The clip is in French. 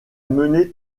mené